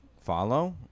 Follow